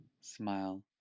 smile